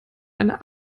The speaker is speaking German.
eine